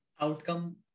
Outcome